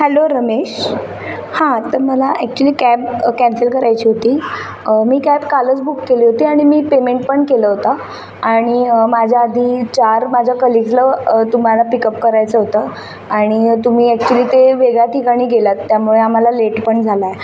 hello Ramesh हा तर मला ॲक्च्युली कॅब कॅन्सल करायची होती मी कॅब कालच बुक केली होती आणि मी पेमेंट पण केलं होतं आणि माझ्याआधी चार माझ्या कलिग्जला तुम्हाला पिकअप करायचं होतं आणि तुम्ही ॲक्च्युली ते वेगळ्या ठिकाणी गेलात त्यामुळे आम्हाला लेट पण झाला आहे